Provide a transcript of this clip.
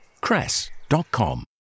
cress.com